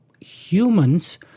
humans